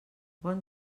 bon